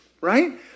right